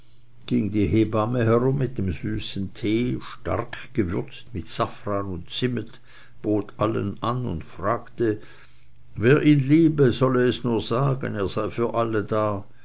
ging die hebamme herum mit dem süßen tee stark gewürzt mit safran und zimmet bot allen an und fragte wer ihn liebe solle es nur sagen er sei für alle da